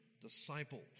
disciple